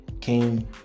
came